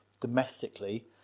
domestically